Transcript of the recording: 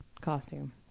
costume